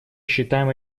считаем